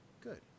good